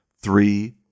three